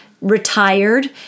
Retired